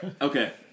Okay